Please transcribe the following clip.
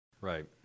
right